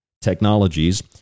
technologies